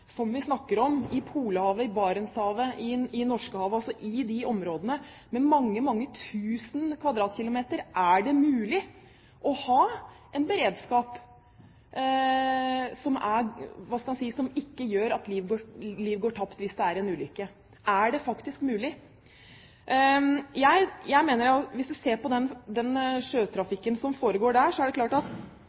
som vi snakker om, i Polhavet, i Barentshavet, i Norskehavet, altså i områder på mange tusen kvadratkilometer, å ha en beredskap som gjør at liv ikke går tapt hvis det skjer en ulykke? Er det faktisk mulig? Hvis man ser på den sjøtrafikken som foregår i de områdene, kan man dele den inn slik: Det